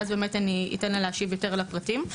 ואז אני אתן לה להשיב על הפרטים.